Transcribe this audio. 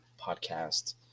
podcast